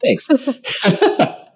Thanks